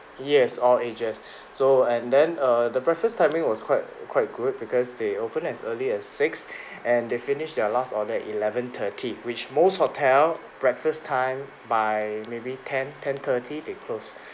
yes all ages so and then err the breakfast timing was quite quite good because they open as early as six and they finish their last order at eleven thirty which most hotel breakfast time by maybe ten ten thirty they close